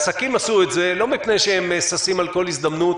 עסקים עשו את זה לא מפני שהם ששים על כל הזדמנות